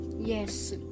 Yes